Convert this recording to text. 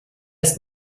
ist